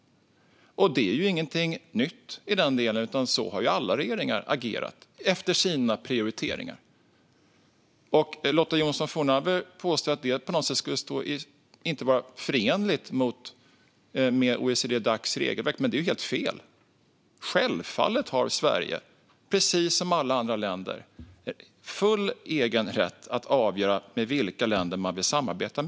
Det är inget nytt, utan så har alla regeringar agerat. Lotta Johnsson Fornarve menar att det inte skulle vara förenligt med OECD-Dacs regelverk, men det är helt fel. Självfallet har Sverige liksom alla andra länder full rätt att avgöra med vilka länder de vill samarbeta.